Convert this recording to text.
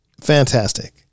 fantastic